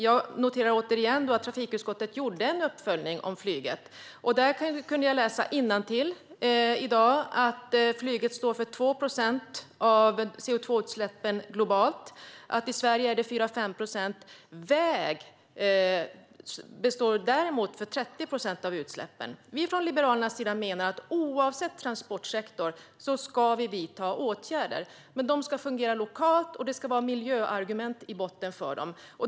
Jag noterar återigen att trafikutskottet gjorde en uppföljning om flyget. Där kunde jag i dag läsa innantill att flyget står för 2 procent av CO2-utsläppen globalt, och i Sverige står vägtransporterna för 30 procent av utsläppen. Vi från Liberalernas sida menar att oavsett transportsektor ska åtgärder vidtas, men de ska fungera lokalt, och det ska finnas miljöargument i botten.